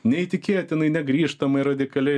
neįtikėtinai negrįžtamai radikaliai